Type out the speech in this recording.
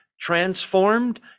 transformed